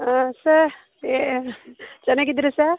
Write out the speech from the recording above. ಹಾಂ ಸ ಏ ಚೆನ್ನಾಗಿದ್ದೀರಾ ಸ